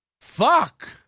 Fuck